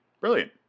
Brilliant